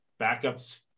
backups